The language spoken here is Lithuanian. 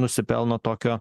nusipelno tokio